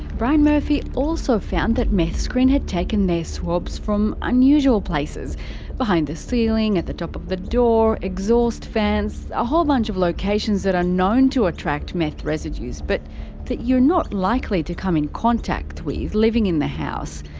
brian murphy also found that meth screen had taken their swabs from unusual places behind the ceiling, at the top of the door, exhaust fans a whole bunch of locations that are known to attract meth residues but that you're not likely to come in contact with living in the house.